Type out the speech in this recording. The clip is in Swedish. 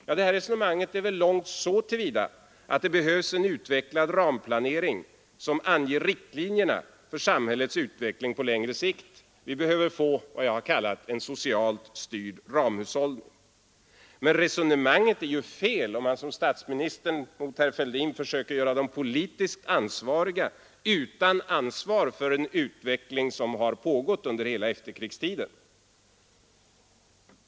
Ja, det resonemanget är väl riktigt så till vida att det behövs en utvecklad ramplanering, som anger riktlinjerna för samhällets utveckling på längre sikt. Vi behöver få vad jag kallat en socialt styrd ramhushållning. Men resonemanget är fel, om man som statsministern försöker göra de politiskt ansvariga utan ansvar för en utveckling, som har pågått under hela efterkrigstiden.